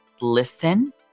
listen